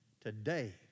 today